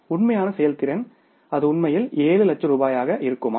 உண்மையான செயல்திறன் அது உண்மையில் 7 லட்சம் ரூபாயாக இருக்குமா